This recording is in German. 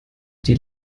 die